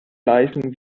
leistung